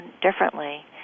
differently